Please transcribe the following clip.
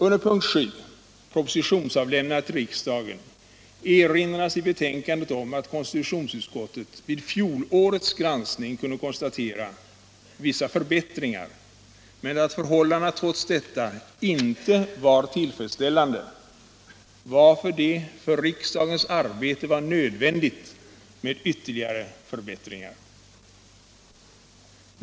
Under punkten 7 — propositionsavlämnandet till riksdagen — erinras i betänkandet om att konstitutionsutskottet vid fjolårets granskning kunde konstatera vissa förbättringar men att förhållandena trots detta inte var tillfredsställande, varför det för riksdagens arbete var nödvändigt med ytterligare förbättringar.